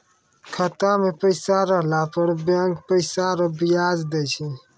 खाता मे पैसा रहला पर बैंक पैसा रो ब्याज दैय छै